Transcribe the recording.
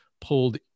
pulled